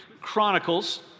Chronicles